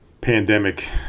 pandemic